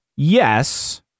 Yes